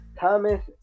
Thomas